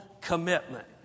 commitment